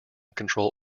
control